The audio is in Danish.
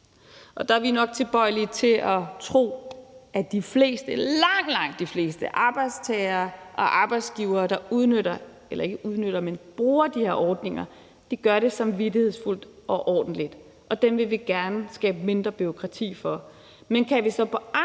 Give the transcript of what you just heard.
mange? Der vi nok tilbøjelige til at tro, at langt, langt de fleste arbejdstagere og arbejdsgivere, der bruger de her ordninger, gør det samvittighedsfuldt og ordentligt, og dem vil vi gerne skabe mindre bureaukrati for. Men kan vi så på andre måder